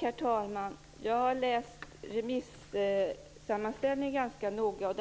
Herr talman! Jag har läst remissammanställningen ganska noga, och